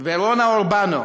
ורונה אורובנו,